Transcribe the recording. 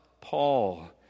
Paul